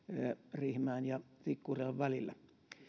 riihimäen ja tikkurilan välillä